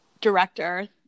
director